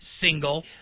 single